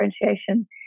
differentiation